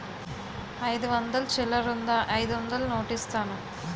అయిదు వందలు చిల్లరుందా అయిదొందలు నోటిస్తాను?